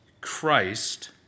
Christ